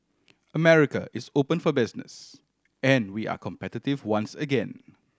America is open for business and we are competitive once again